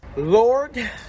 Lord